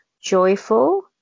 joyful